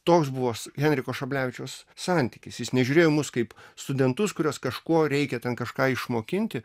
toks buvo s henriko šablevičiaus santykis jis nežiūrėjo mus kaip studentus kuriuos kažkuo reikia ten kažką išmokinti